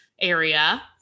area